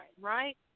right